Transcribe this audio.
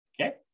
okay